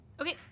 Okay